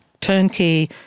turnkey